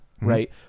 right